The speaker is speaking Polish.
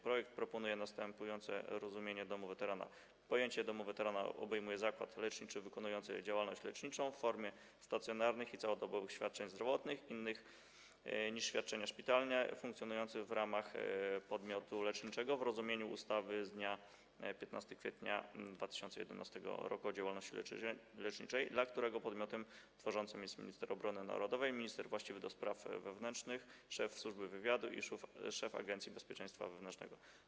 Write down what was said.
Projekt proponuje następujące rozumienie Domu Weterana: Pojęcie Domu Weterana obejmuje zakład leczniczy wykonujący działalność leczniczą w formie stacjonarnych i całodobowych świadczeń zdrowotnych, innych niż świadczenia szpitalne, funkcjonujący w ramach podmiotu leczniczego w rozumieniu ustawy z dnia 15 kwietnia 2011 r. o działalności leczniczej, dla którego podmiotem tworzącym jest minister obrony narodowej, minister właściwy do spraw wewnętrznych, szef Służby Wywiadu i szef Agencji Bezpieczeństwa Wewnętrznego.